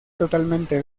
totalmente